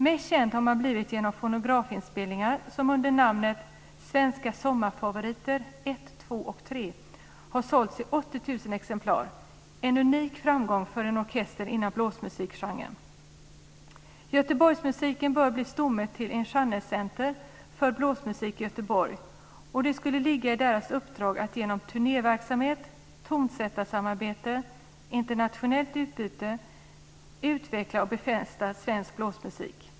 Mest känd har man blivit genom fonograminspelningar, som under namnet Svenska sommarfavoriter 1, 2 och 3 har sålts i 80 000 exemplar - en unik framgång för en orkester inom blåsmusikgenren. Göteborgsmusiken bör bli stomme till ett genrecenter för blåsmusik i Göteborg, och det skulle då ligga i dess uppdrag att genom turnéverksamhet, tonsättarsamarbete och internationellt utbyte utveckla och befästa svensk blåsmusik.